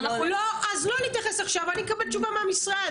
אז לא להתייחס עכשיו, אני אקבל תשובה מהמשרד.